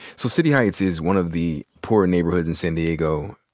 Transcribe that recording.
so city heights is one of the poorer neighborhoods in san diego.